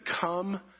come